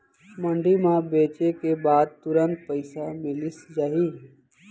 मंडी म बेचे के बाद तुरंत पइसा मिलिस जाही?